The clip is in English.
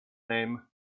name